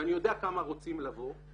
ואני יודע כמה רוצים לבוא.